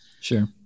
Sure